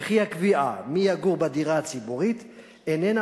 וכי הקביעה מי יגור בדירה הציבורית איננה